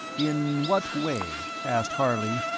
in what way? asked harley,